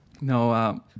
no